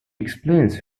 explains